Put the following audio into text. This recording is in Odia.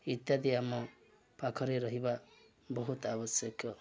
ଇତ୍ୟାଦି ଆମ ପାଖରେ ରହିବା ବହୁତ ଆବଶ୍ୟକ